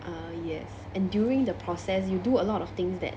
ah yes and during the process you do a lot of things that